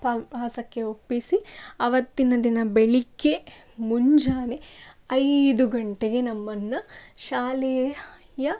ಪ್ರವಾಸಕ್ಕೆ ಒಪ್ಪಿಸಿ ಆವತ್ತಿನ ದಿನ ಬೆಳಗ್ಗೆ ಮುಂಜಾನೆ ಐದು ಗಂಟೆಗೆ ನಮ್ಮನ್ನು ಶಾಲೆಯ